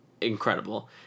incredible